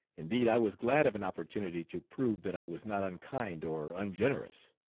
indeed, i was glad of an opportunity to prove that i was not unkind or ungenerous.